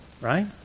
right